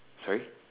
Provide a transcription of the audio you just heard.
sorry